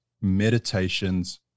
meditations